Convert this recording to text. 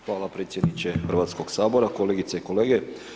Hvala predsjedniče Hrvatskoga sabora, kolegice i kolege.